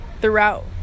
throughout